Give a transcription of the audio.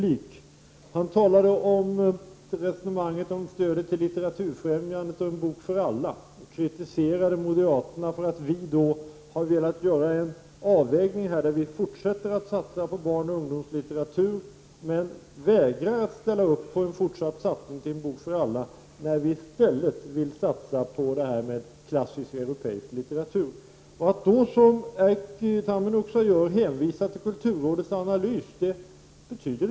I sitt resonemang om stöd till Litteraturfrämjandet och En bok för alla kritiserade han moderaterna för att vi vill göra en fortsatt satsning på barnoch ungdomslitteratur, medan vi vägrar att ställa oss bakom en fortsatt satsning på En bok för alla, eftersom vi i stället vill satsa på klassisk europeisk litteratur. Det betyder ingenting att då — som Erkki Tammenoksa gör — hänvisa till kulturrådets analys.